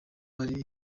bamuri